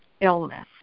illness